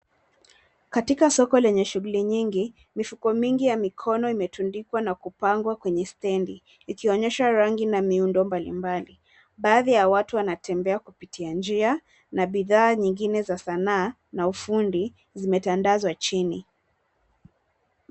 Katika soko lenye shughuli nyingi mifuko mingi ya mkono imetundikwa na kupangwa kwenye stendi ikionyesha rangi na miundo mbalimbali. Baadhi ya watu wanatembea kupitia njia na bidhaa nyingine za sanaa na ufundi zimetandazwa chini.